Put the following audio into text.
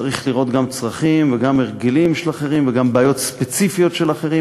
צריך לראות גם צרכים וגם הרגלים של אחרים וגם בעיות ספציפיות של אחרים,